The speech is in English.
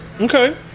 Okay